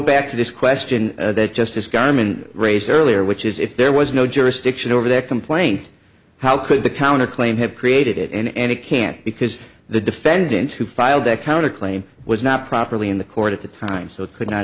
back to this question that justice garmin raised earlier which is if there was no jurisdiction over that complaint how could the counter claim have created it and it can't because the defendant who filed a counterclaim was not properly in the court at the time so it could not